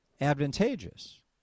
advantageous